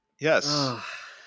Yes